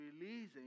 releasing